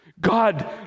God